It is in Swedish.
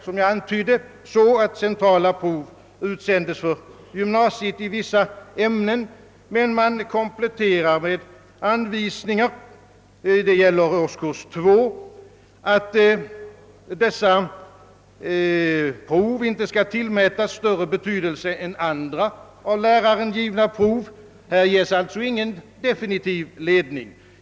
Som jag antydde utsändes centrala prov för gymnasiet i vissa ämnen, men man kompletterar anvisningarna med att säga att dessa prov inte skall tillmätas större betydelse än andra av lärare givna prov — detta gäller årskurs 2. Här ges alltså ingen definitiv ledning.